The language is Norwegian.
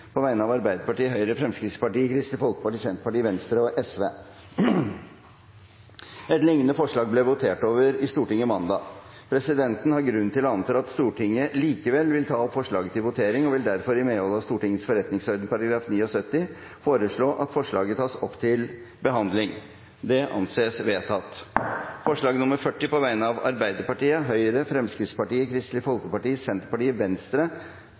på vegne av Arbeiderpartiet, Høyre, Fremskrittspartiet, Kristelig Folkeparti, Senterpartiet, Venstre og Sosialistisk Venstreparti. Et lignende forslag ble votert over i Stortinget mandag. Presidenten har grunn til å anta at Stortinget likevel vil ta opp forslaget til votering, og vil derfor i medhold av Stortingets forretningsordens § 79 foreslå at forslaget tas opp til behandling. – Det anses vedtatt. Det voteres over forslag nr. 40, fra Arbeiderpartiet, Høyre, Fremskrittspartiet, Kristelig Folkeparti, Senterpartiet, Venstre